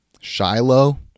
shiloh